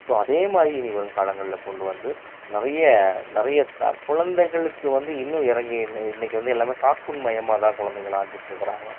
so அதேமாதிரி இனி வரும் காலங்களில் கொண்டு வந்து நிறைய நிறைய குழந்தைகளுக்கு வந்து இன்னும் இறங்கி இன் இன்றைக்கி வந்து எல்லாமே கார்ட்டூன் மையமாக தான் குழந்தைகள் ஆகிட்டிருக்குறாங்க